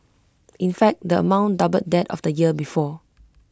in fact the amount doubled that of the year before